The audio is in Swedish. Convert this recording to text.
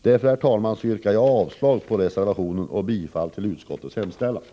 Därför, herr talman, yrkar jag avslag på reservationen och bifall till utskottets hemställan.